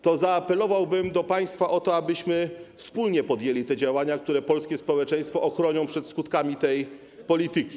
to zaapelowałbym do państwa o to, abyśmy wspólnie podjęli działania, które polskie społeczeństwo ochronią przed skutkami tej polityki.